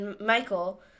Michael